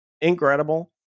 incredible